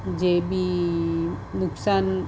જે બી નુકસાન